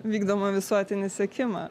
vykdomą visuotinį sekimą